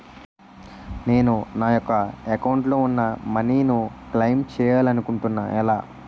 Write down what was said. నేను నా యెక్క అకౌంట్ లో ఉన్న మనీ ను క్లైమ్ చేయాలనుకుంటున్నా ఎలా?